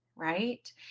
right